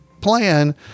plan